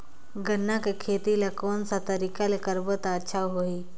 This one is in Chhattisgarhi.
गन्ना के खेती ला कोन सा तरीका ले करबो त अच्छा होही?